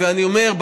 אני אומר,